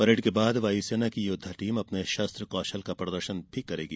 parade के बाद वायुसेना की योद्वा टीम अपने शस्त्र कौशल का प्रदर्शन करेगी